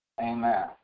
Amen